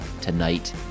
tonight